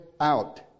out